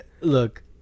Look